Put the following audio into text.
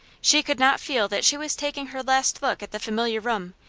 she could not feel that she was taking her last look at the familiar room,